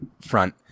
front